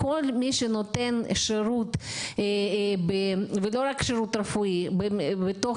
כל מי שנותן שירות ולא רק שירות רפואי בתוך